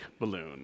balloon